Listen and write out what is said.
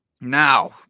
Now